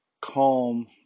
calm